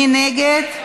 מי נגד?